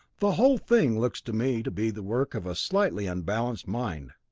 the whole thing looks to me to be the work of a slightly unbalanced mind.